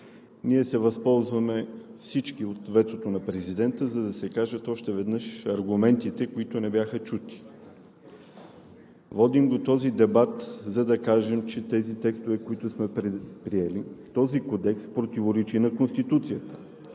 Ние се възползваме всички от ветото на президента, за да се кажат още веднъж аргументите, които не бяха чути. Водим този дебат, за да кажем, че тези текстове, които сме приели, този кодекс противоречи на Конституцията,